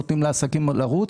נותנים לעסקים לרוץ,